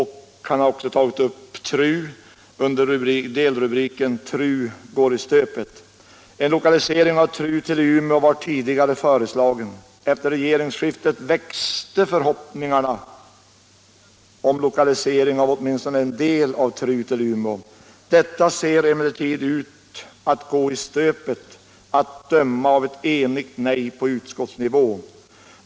Han har också tagit upp TRU under delrubriken TRU går i stöpet? Han säger där: ”En lokalisering av TRU till Umeå var tidigare föreslagen. Efter regeringsskiftet växte förhoppningarna om lokalisering av åtminstone en del av TRU till Umeå. Detta ser emellertid ut att gå i stöpet att döma av ett enigt nej på utskottsnivå.